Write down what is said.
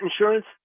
insurance